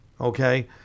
okay